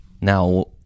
Now